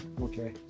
Okay